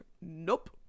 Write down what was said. nope